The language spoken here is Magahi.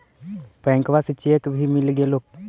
बैंकवा से चेक भी मिलगेलो?